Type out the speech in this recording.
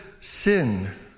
sin